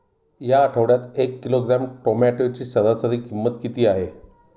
या आठवड्यात एक किलोग्रॅम टोमॅटोची सरासरी किंमत किती आहे?